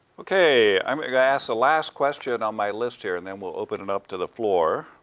ok. i'm ah going to ask the last question on my list here, and then we'll open and up to the floor.